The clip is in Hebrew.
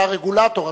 אתה הרגולטור,